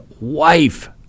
wife